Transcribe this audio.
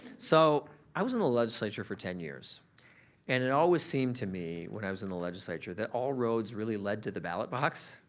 so i was in the legislature for ten years and it always seemed to me when i was in the legislature that all roads really led to the ballot box.